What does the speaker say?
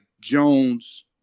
Jones